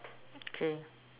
okay